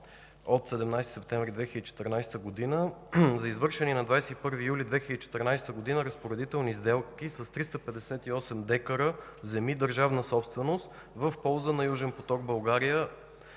от 17 септември 2014 г. за извършени на 21 юли 2014 г. разпоредителни сделки с 358 дка земи държавна собственост в полза на „Южен поток България”.